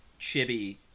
chibi